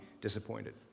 disappointed